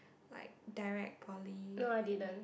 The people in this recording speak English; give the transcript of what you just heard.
like direct poly